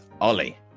Ollie